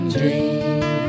dream